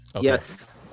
Yes